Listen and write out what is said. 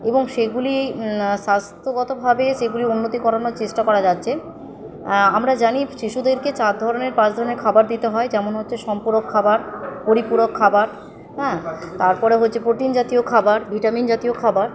এবং সেগুলি স্বাস্থ্যগতভাবে সেগুলি উন্নতি করানোর চেষ্টা করা যাচ্ছে আমরা জানি শিশুদেরকে চার ধরনের পাঁচ ধরনের খাবার দিতে হয় যেমন হচ্ছে সম্পূরক খাবার পরিপূরক খাবার হ্যাঁ তারপরে হচ্ছে প্রোটিন জাতীয় খাবার ভিটামিন জাতীয় খাবার